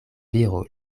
viro